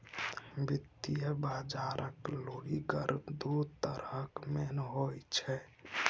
वित्तीय बजारक लुरिगर दु तरहक मेन होइ छै